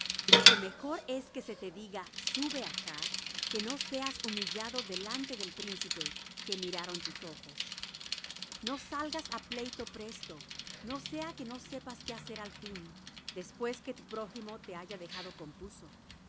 porque mejor es que se te diga sube acá que no que seas humillado delante del príncipe que miraron tus ojos no salgas á pleito presto no sea que no sepas qué hacer al fin después que tu prójimo te haya dejado confuso